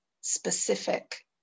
specific